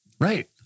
Right